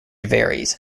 varies